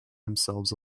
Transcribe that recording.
themselves